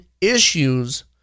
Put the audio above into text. issues